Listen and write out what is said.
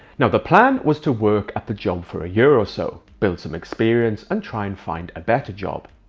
now the plan was to work at the job for a year or so, build some experience and try and find a better job,